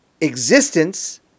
existence